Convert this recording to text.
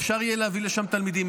אפשר יהיה להביא לשם תלמידים.